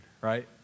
right